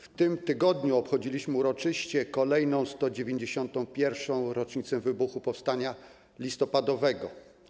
W tym tygodniu obchodziliśmy uroczyście kolejną, 191. rocznicę wybuchu powstania listopadowego.